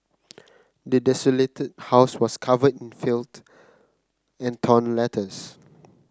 the desolated house was covered in filth and torn letters